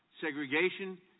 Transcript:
segregation